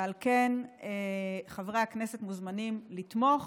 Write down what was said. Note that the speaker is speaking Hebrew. ועל כן חברי הכנסת מוזמנים לתמוך,